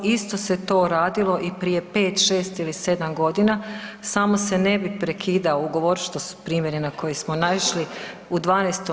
Isto se to radilo i prije 5, 6 ili 7 godina, samo se ne bi prekidao ugovor što primjeri na koje smo naišli u 12.